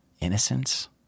innocence